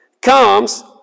comes